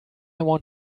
want